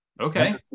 Okay